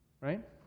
Right